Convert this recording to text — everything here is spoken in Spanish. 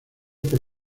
por